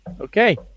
Okay